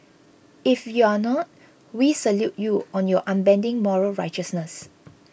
if you're not we salute you on your unbending moral righteousness